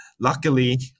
luckily